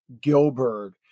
Gilbert